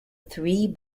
three